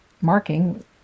marking